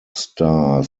star